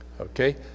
okay